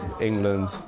England